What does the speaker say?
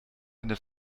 eine